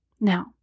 Now